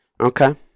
Okay